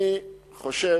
אני חושב,